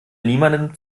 niemandem